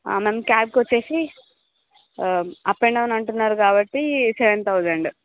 ma'am cab కొచ్చేసి up and down అంటున్నారు కావట్టి సెవెన్ థౌసండ్